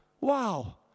Wow